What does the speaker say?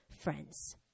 friends